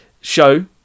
show